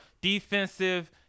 defensive